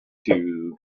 two